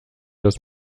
das